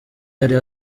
yari